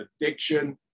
addiction